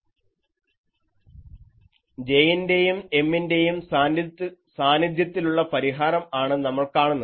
J ൻറെയും M ൻറെയും സാന്നിധ്യത്തിലുള്ള പരിഹാരം ആണ് നമ്മൾ കാണുന്നത്